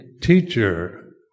teacher